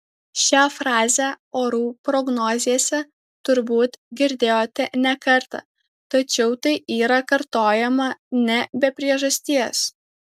šią frazę orų prognozėse turbūt girdėjote ne kartą tačiau tai yra kartojama ne be priežasties